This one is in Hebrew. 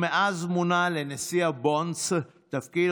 אומר שמדינת ישראל בנויה על לימוד תורה,